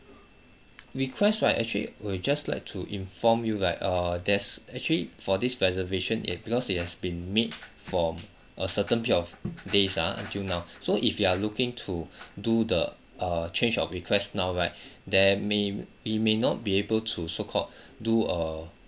request right actually we'll just like to inform you like err there's actually for this reservation it because it has been made from a certain period days ah until now so if you are looking to do the uh change of request now right there may we may not be able to so called do a